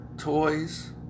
toys